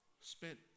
spent